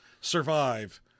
survive